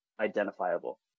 Identifiable